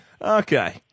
Okay